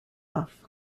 off